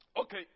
okay